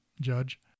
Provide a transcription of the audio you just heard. judge